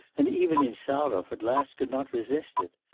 and even insarov at last could not resist it.